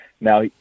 Now